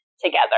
together